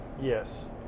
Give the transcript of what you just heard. yes